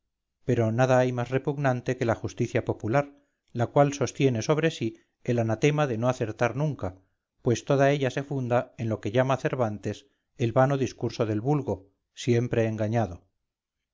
pero nada hay más repugnante que la justicia popular la cual tiene sobre sí el anatema de no acertar nunca pues toda ella se funda en lo que llamaba cervantes el vano discurso del vulgo siempre engañado